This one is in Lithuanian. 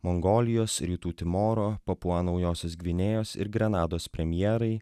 mongolijos rytų timoro papua naujosios gvinėjos ir grenados premjerai